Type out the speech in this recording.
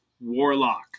Warlock